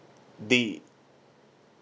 D